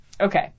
Okay